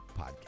podcast